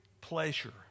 pleasure